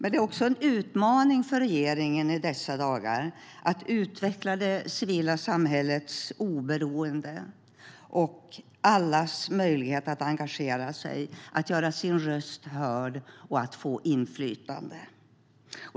Det är också en utmaning för regeringen att i dessa dagar utveckla det civila samhällets oberoende och allas möjlighet att engagera sig, att göra sin röst hörd och att få inflytande.